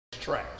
Trash